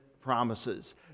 promises